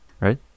Right